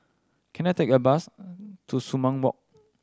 can I take a bus to Sumang Walk